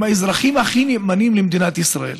הם האזרחים הכי נאמנים למדינת ישראל.